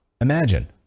Imagine